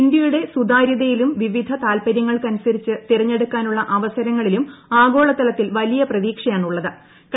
ഇന്തൃയുടെ സുതാരൃത്യിലും വിവിധ താല്പരൃ ങ്ങൾക്കനുസരിച്ച് തിരഞ്ഞെടുക്കാനുള്ളൂ അ്വസരങ്ങളിലും ആഗോള തലത്തിൽ വലിയ പ്രതീക്ഷയാണുള്ളത്ട്